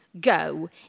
go